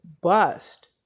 bust